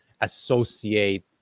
associate